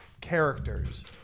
characters